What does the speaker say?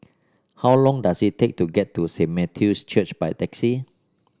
how long does it take to get to Saint Matthew's Church by taxi